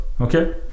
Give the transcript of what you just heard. Okay